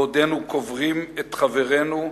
בעודנו קוברים את חברינו,